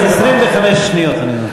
25 שניות אני נותן.